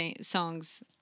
songs